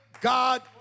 God